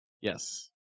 Yes